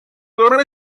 were